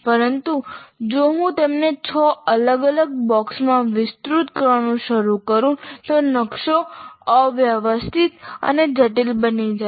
પરંતુ જો હું તેમને 6 અલગ અલગ બોક્સ માં વિસ્તૃત કરવાનું શરૂ કરું તો નકશો અવ્યવસ્થિત અને જટિલ બની જાય છે